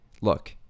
look